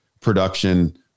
production